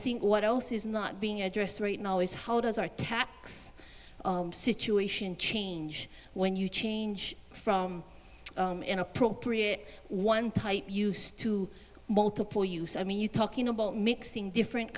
think what else is not being addressed right now is how does our tax situation change when you change from an appropriate one type used to multiple use i mean you're talking about mixing different